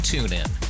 TuneIn